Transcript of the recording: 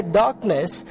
darkness